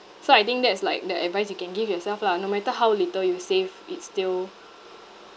so I think that's like the advice you can give yourself lah no matter how little you save it still